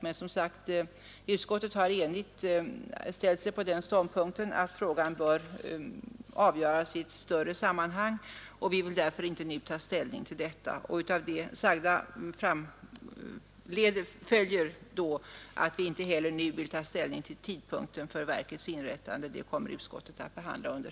Som jag tidigare sagt har utskottet dock enhälligt intagit den ståndpunkten att frågan bör avgöras i ett större sammanhang, och vi vill därför inte nu ta ställning till lokalis Av det sagda följer att vi nu inte heller vill ta ställning till tidpunkten för verkets inrättande. Den frågan kommer utskottet att behandla under